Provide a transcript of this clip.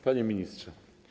Panie Ministrze!